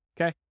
Okay